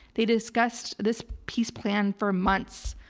they discussed this peace plan for months.